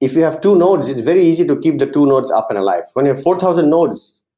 if you have two nodes, it's very easy to keep the two nodes up and alive, when you're four thousand nodes,